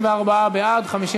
עסק,